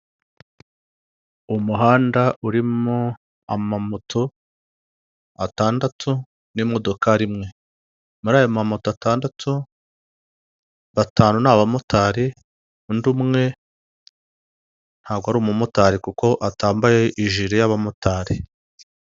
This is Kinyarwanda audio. Umuhanda urimo amamoto atandatu n'imodokari imwe, muri ayo mamoto atandatu batanu ni abamotari, undi umwe ntabwo ari umumotari kuko atambaye ijiri y'abamotari.